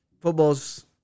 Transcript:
football's